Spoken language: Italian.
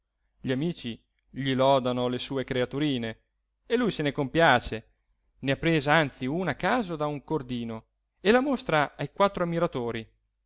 gli amici gli lodano le sue creaturine e lui se ne compiace ne ha presa anzi una a caso da un cordino e la mostra ai quattro ammiratori